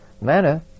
manner